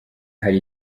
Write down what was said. hari